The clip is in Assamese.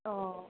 অ